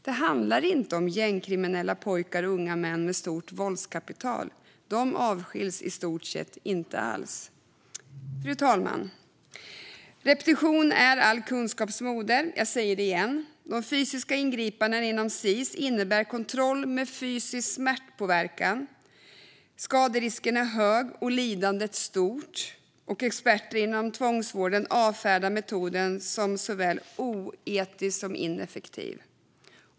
Det handlar inte om gängkriminella pojkar och unga män med stort våldskapital. De avskiljs i stort sett inte alls. Fru talman! Repetition är all kunskaps moder. Jag säger det igen: De fysiska ingripandena inom Sis innebär kontroll med fysisk smärtpåverkan. Skaderisken är hög och lidandet stort. Och experter inom tvångsvård avfärdar metoden som såväl oetisk som ineffektiv.